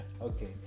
Okay